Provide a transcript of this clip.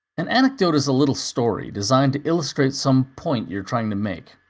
an anecdote is a little story designed to illustrate some point you're trying to make.